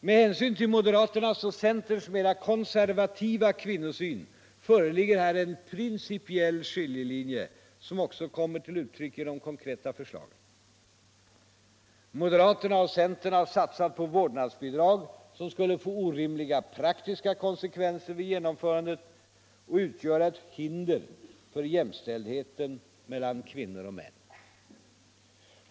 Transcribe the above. Med hänsyn till moderaternas och centerns mera konservativa kvinnosyn föreligger här en principiell skiljelinje som också kommer till uttryck i de konkreta förslagen. Moderaterna och centern har satsat på vårdnadsbidrag, som skulle få orimliga praktiska konsekvenser vid genomförandet och utgöra ett hinder för jämställdheten mellan kvinnor och män.